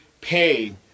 pay